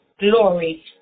glory